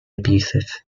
abusive